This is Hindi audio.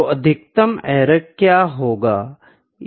तो अधिकतम एरर क्या होगा